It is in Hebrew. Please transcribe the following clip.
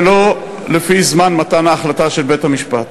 ולא לפי זמן מתן ההחלטה של בית-המשפט.